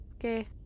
Okay